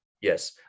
yes